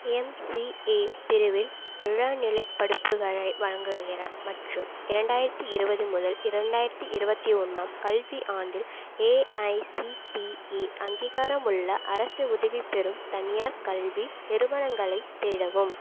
MCA பிரிவில் இளநிலைப் படிப்புகளை வழங்குகிற மற்றும் இரண்டாயிரத்து இருபது முதல் இரண்டாயிரத்து இருபத்தி ஒன்றாம் கல்வியாண்டில் ஏஐசிடிஇ அங்கீகாரமுள்ள அரசு உதவி பெறும் தனியார் கல்வி நிறுவனங்களைத் தேடவும்